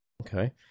Okay